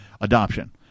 adoption